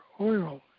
oil